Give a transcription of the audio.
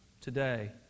today